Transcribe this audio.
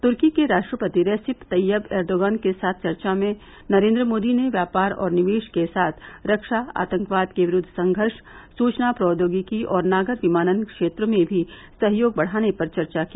तुर्की के राष्ट्रपति Recep Tayyip Erdogan के साथ चर्चा में नरेंद्र मोदी ने व्यापार और निवेश के साथ रक्षा आतंकवाद के विरूद्व संघर्ष सूचना प्रौद्योगिकी और नागर विमानन क्षेत्र में भी सहयोग बढाने पर चर्चा की